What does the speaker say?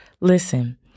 Listen